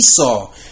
Esau